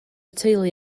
teulu